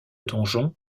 donjon